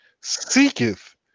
seeketh